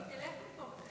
כי היא תלך מפה מתישהו.